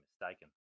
mistaken